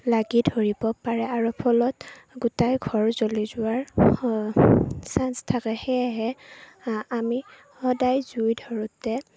লাগি ধৰিব পাৰে আৰু ফলত গোটেই ঘৰ জ্বলি যোৱাৰ চাঞ্চ থাকে সেয়েহে আমি সদায় জুই ধৰোঁতে